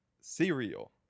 cereal